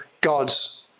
God's